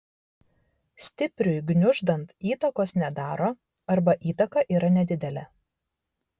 stipriui gniuždant įtakos nedaro arba įtaka yra nedidelė